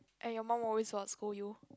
and your mum always what scold you